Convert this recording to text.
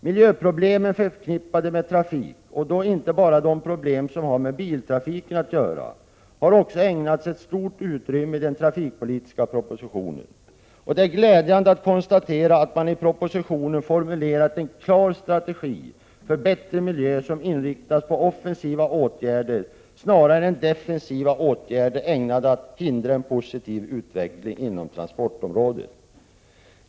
Miljöproblemen förknippade med trafik, och då inte bara de problem som har med biltrafiken att göra, har också ägnats ett stort utrymme i den trafikpolitiska propositionen. Det är glädjande att konstatera att man i propositionen formulerat en klar strategi för bättre miljö, som inriktas på offensiva åtgärder snarare än defensiva åtgärder ägnade att hindra en positiv utveckling inom transportområdet.